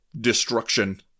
destruction